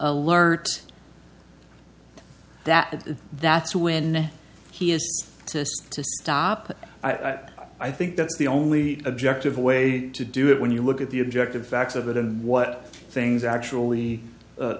alert that that's when the key is to stop i think that's the only objective way to do it when you look at the objective facts of it and what things actually